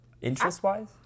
Interest-wise